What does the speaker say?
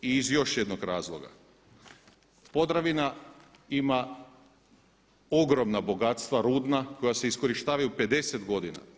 I iz još jednog razloga, Podravina ima ogromna bogatstva rudna koja se iskorištavaju 50 godina.